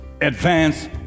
advance